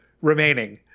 remaining